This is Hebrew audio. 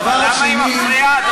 למה היא מפריעה?